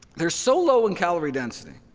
they're so low in calorie density,